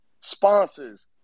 sponsors